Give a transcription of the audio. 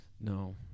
No